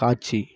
காட்சி